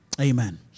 Amen